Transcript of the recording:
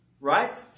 right